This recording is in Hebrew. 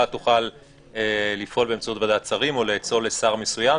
תוכל לפעול באמצעות ועדת שרים או לאצול לשר מסוים.